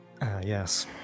Yes